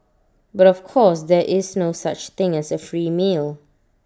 but of course there is no such thing as A free meal